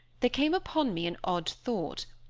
there came upon me an odd thought,